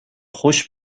خوش